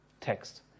text